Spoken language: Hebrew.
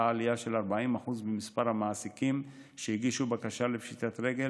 עלייה של 40% במספר המעסיקים שהגישו בקשה לפשיטת רגל,